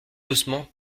doucement